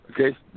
Okay